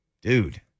Dude